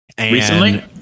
Recently